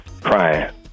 crying